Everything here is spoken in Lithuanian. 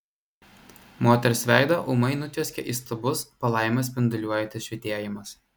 moters veidą ūmai nutvieskė įstabus palaimą spinduliuojantis švytėjimas